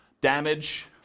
damage